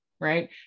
right